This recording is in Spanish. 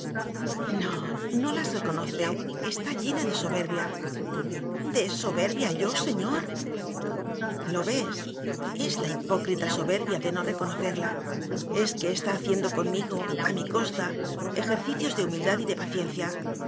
no no las reconoce está llena de so berbia de soberbia yo señor lo ves es la hipócrita soberbia de no reconocerla es que está haciendo conmigo a mi costa ejercicios de humildad y de